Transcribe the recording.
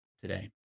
today